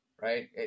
Right